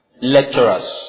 lecturers